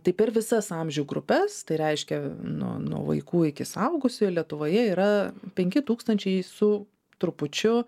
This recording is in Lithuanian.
tai per visas amžių grupes tai reiškia nuo nuo vaikų iki suaugusių lietuvoje yra penki tūkstančiai su trupučiu